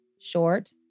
short